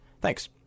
Thanks